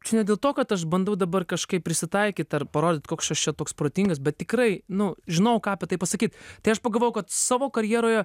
čia ne dėl to kad aš bandau dabar kažkaip prisitaikyt ar parodyt koks aš čia toks protingas bet tikrai nu žinojau ką apie tai pasakyt tai aš pagalvojau kad savo karjeroje